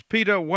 Peter